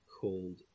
called